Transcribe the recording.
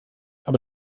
aber